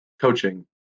coaching